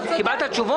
קיבלת תשובות?